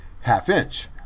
half-inch